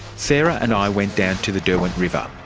sarah and i went down to the derwent river.